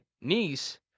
niece